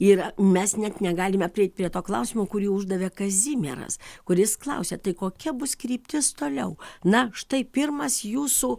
ir mes net negalime prieit prie to klausimo kurį uždavė kazimieras kuris klausia tai kokia bus kryptis toliau na štai pirmas jūsų